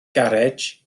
garej